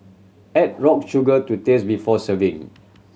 add rock sugar to taste before serving